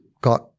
got